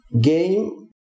game